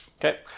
Okay